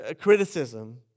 criticism